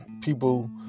people